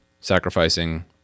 sacrificing